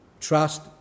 trust